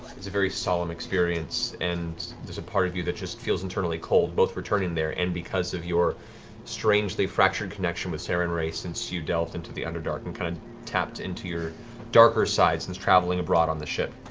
is a very solemn experience, and there's a part of you that just feels internally cold, both returning there and because of your strangely fractured connection with sarenrae since you delved into the underdark and kind of tapped into your darker side since traveling abroad on the ship.